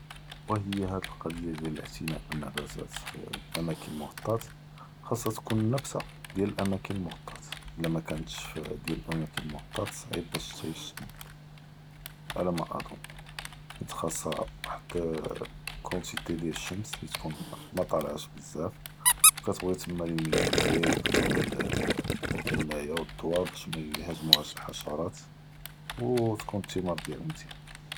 ו האי היא האד אלקצ’יה דיאל אליתענה בנבאטאת פ אלאמאקין אלמכעוטה, ח’אסהא תיכון נאקיסה דיאל אלאמאקין אלמכעוטה, אלא מאכאנטש פ דיאל אלאמאקין אלמכעוטה ס’עיב באש ת’עיש עלא מא אצן ח’אסהא וחד אלקוטי דיאל אלשמש, לי תיכון מטלאעש בזאף, כתבג’י תמא אלמדיטרי ו כתבג’י אלענאיה ו אלדווה באש מיהאג’מו האשחראת, ו תיכון אלת’מאר דיאלהא מתינה.